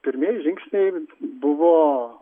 pirmieji žingsniai buvo